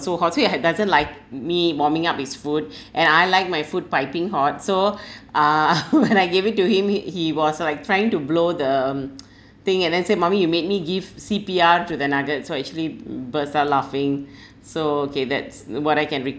so hot so he had doesn't like me warming up his food and I like my food piping hot so uh when I gave it to him he he was like trying to blow the um thing and then said mummy you made me give C_P_R to the nuggets so actually mm burst out laughing so okay that's what I can